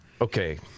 Okay